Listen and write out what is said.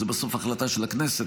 זה בסוף החלטה של הכנסת,